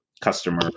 customer